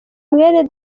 mwene